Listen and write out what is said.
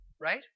Right